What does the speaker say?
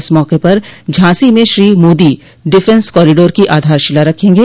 इस मौके पर झांसी में श्री मोदी डिफेंस कॉरिडोर की आधारशिला रखेंगे